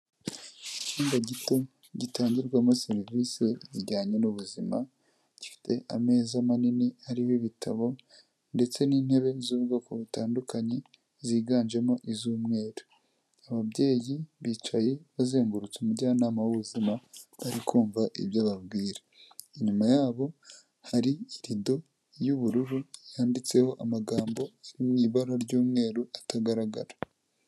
Icyumba gito gitangirwamo serivise zijyanye n'ubuzima, gifite ameza manini ariho ibitabo, ndetse n'intebe z'ubwoko butandukanye, ziganjemo iz'umweru. Ababyeyi bicaye bazengurutse umujyanama w'ubuzima, bari kumva ibyo ababwira. Inyuma yabo hari irido y'ubururu, yanditseho amagambo ari mu ibara ry'umweru, atagaragara.